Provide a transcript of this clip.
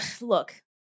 Look